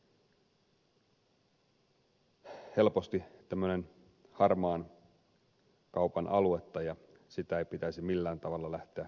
ala on muutenkin helposti tämmöistä harmaan kaupan aluetta ja sitä ei pitäisi millään tavalla lähteä pönkittämään